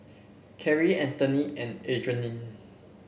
Kerrie Anthony and Adrianne